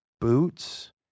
boots